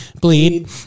Bleed